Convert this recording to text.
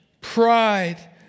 pride